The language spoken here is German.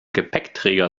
gepäckträger